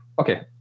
okay